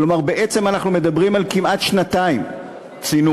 כלומר, בעצם אנחנו מדברים על כמעט שנתיים צינון.